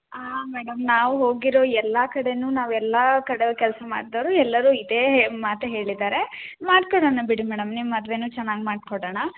ಹಾಂ ಮೇಡಮ್ ನಾವು ಹೋಗಿರೊ ಎಲ್ಲಾ ಕಡೆನು ನಾವು ಎಲ್ಲಾ ಕಡೆ ಕೆಲಸ ಮಾಡಿದೋರು ಎಲ್ಲರು ಇದೇ ಮಾತೇ ಹೇಳಿದ್ದಾರೆ ಮಾಡ್ಕೊಡೋಣ ಬಿಡಿ ಮೇಡಮ್ ನಿಮ್ಮ ಮದುವೆನು ಚೆನಾಗ್ ಮಾಡ್ಕೊಡೋಣ